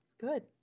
Good